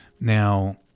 Now